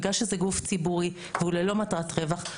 בגלל שזה גוף ציבורי והוא ללא מטרת רווח,